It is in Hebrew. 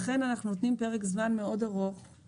לכן אנחנו נותנים פרק זמן ארוך מאוד,